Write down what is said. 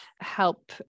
help